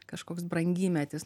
kažkoks brangymetis